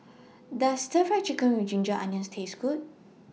Does Stir Fry Chicken with Ginger Onions Taste Good